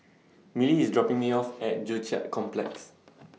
Milly IS dropping Me off At Joo Chiat Complex